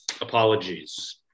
Apologies